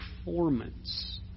performance